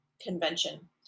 Convention